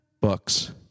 Books